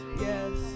yes